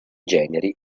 generi